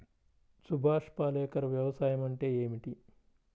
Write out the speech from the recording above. సుభాష్ పాలేకర్ వ్యవసాయం అంటే ఏమిటీ?